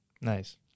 Nice